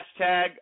hashtag